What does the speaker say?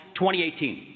2018